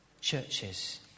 churches